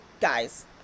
guys